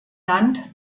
land